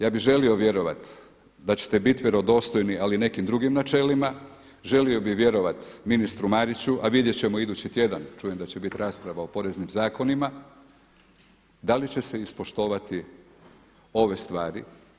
Ja bi želio vjerovati da ćete biti vjerodostojni ali nekim drugim načelima, želio bi vjerovati ministru Mariću a vidjet ćemo idući tjedan čujem da će biti rasprava o poreznim zakonima da li će se ispoštovati ove stvari?